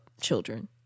children